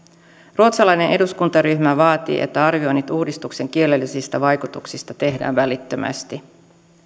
ruotsalainen eduskuntaryhmä vaatii että arvioinnit uudistuksen kielellisistä vaikutuksista tehdään välittömästi